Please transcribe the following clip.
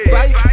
Right